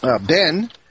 Ben